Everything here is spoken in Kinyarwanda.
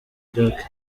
iraq